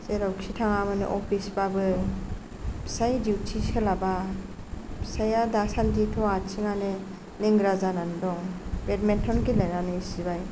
जेरावखि थाङा मानो अफिस बाबो फिसाय डिउटी सोलाबा फिसाया दासान्दिथ' आथिङानो लेंग्रा जानानै दं बेडमेन्टन गेलेनानै सिबाय